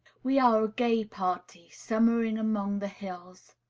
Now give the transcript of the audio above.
we are a gay party, summering among the hills.